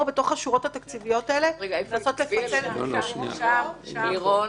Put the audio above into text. בתוך השורות התקציביות האלה לנסות לפצל -- רק שאלה שקשורה לנושא.